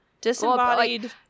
Disembodied